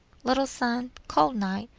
little sun, cold night,